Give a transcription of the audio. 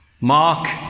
Mark